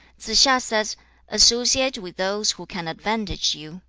tsze-hsia says associate with those who can advantage you.